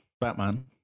Batman